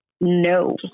No